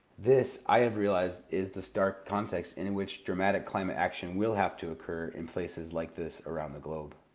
this, i have realized, is the stark context and in which dramatic climate action will have to occur in places like this around the globe.